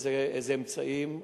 איזה אמצעים,